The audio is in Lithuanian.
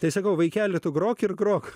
tai sakau vaikeli tu grok ir grok